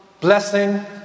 blessing